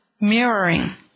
mirroring